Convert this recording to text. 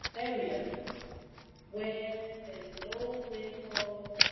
area where there is low rain fall,